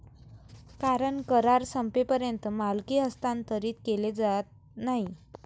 कारण करार संपेपर्यंत मालकी हस्तांतरित केली जात नाही